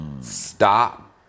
stop